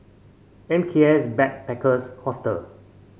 M K S Backpackers Hostel